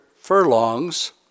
furlongs